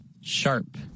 Sharp